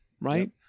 right